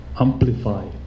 amplify